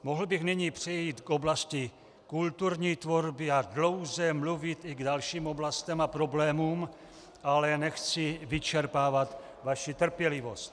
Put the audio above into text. Mohl bych nyní přejít k oblasti kulturní tvorby a dlouze mluvit i k dalším oblastem a problémům, ale nechci vyčerpávat vaši trpělivost.